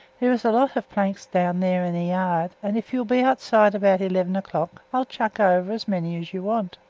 there is a lot of planks down there in the yard, and if you'll be outside about eleven o'clock, i'll chuck over as many as you want.